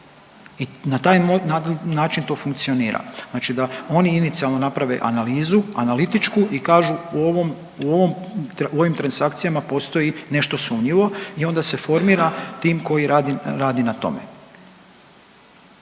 i na taj način to funkcionira. Znači da oni inicijalno naprave analizu analitičku i kažu u ovom, u ovim transakcijama postoji nešto sumnjivo i onda se formira tim koji radi na tome.